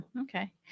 okay